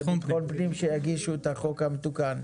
והמשרד לביטחון פנים שיגישו את החוק המתוקן.